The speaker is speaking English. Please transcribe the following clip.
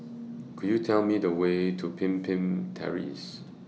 Could YOU Tell Me The Way to Pemimpin Terrace